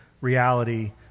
reality